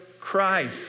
Christ